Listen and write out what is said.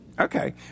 Okay